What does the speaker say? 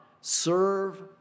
serve